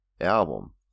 album